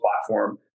platform